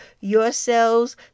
yourselves